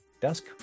Dusk